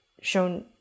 shown